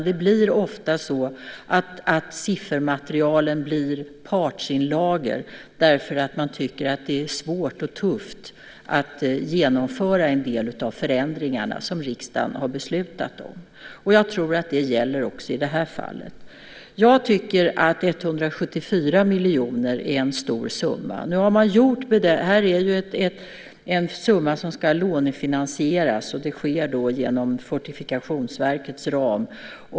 Det blir ofta så att siffermaterialen blir partsinlagor därför att man tycker att det är svårt och tufft att genomföra en del av de förändringar som riksdagen har beslutat om. Jag tror att det gäller också i det här fallet. Jag tycker att 174 miljoner är en stor summa. Detta är ju en summa som ska lånefinansieras, och det sker inom Fortifikationsverkets ram.